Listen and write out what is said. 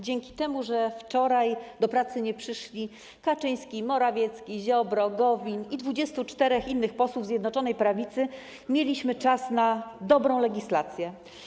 Dzięki temu, że wczoraj do pracy nie przyszli Kaczyński, Morawiecki, Ziobro, Gowin i 24 innych posłów Zjednoczonej Prawicy, mieliśmy czas na dobrą legislację.